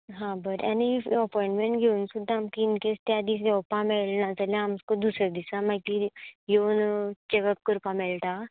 हां बरें आनी इफ अपोंयंटमेंट घेवन सुद्दां आमकां इनकेस त्या दीस येवपा मेळना जाल्यार आमकां दुसरे दिसा मागीर येवन चॅक अप करपा मेळटा